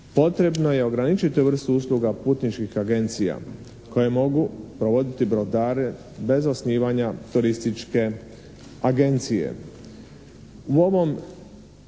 potrebno je ograničiti vrstu usluga putničkih agencija koje mogu provoditi brodare bez osnivanja turističke agencije.